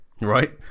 Right